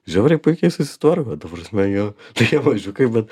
žiauriai puikiai susitvarko ta prasme jie tokie mažiukai bet